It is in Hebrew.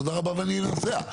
תודה רבה ואני נוסע.